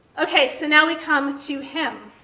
okay so now we come to him.